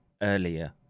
earlier